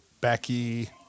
Becky